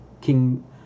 king